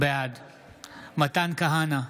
בעד מתן כהנא,